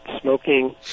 smoking